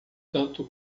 tanto